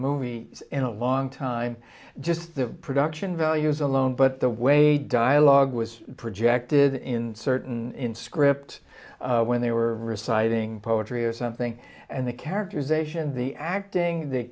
movie in a long time just the production values alone but the way dialogue was projected in certain script when they were reciting poetry or something and the characterization the acting the